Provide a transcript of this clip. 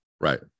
Right